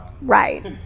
Right